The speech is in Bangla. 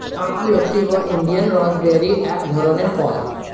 আমলকি বা ইন্ডিয়ান গুসবেরি এক ধরনের ফল